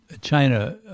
China